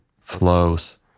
flows